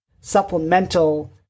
supplemental